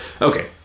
Okay